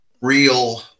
real